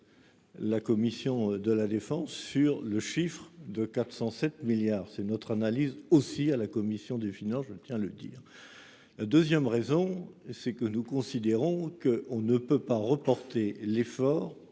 La commission de la Défense sur le chiffre de 407 milliards, c'est notre analyse aussi à la commission des finances, je tiens le dire. 2ème raison c'est que nous considérons que on ne peut pas reporter l'effort